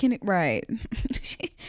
Right